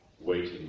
waiting